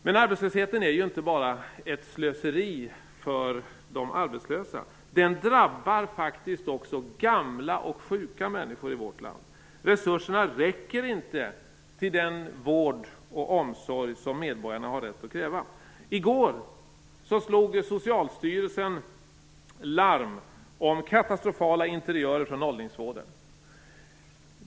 Men arbetslösheten är inte bara ett slöseri för de arbetslösa. Den drabbar faktiskt också gamla och sjuka människor i vårt land. Resurserna räcker inte till den vård och omsorg som medborgarna har rätt att kräva. I går slog Socialstyrelsen larm om katastrofala interiörer från åldringsvården.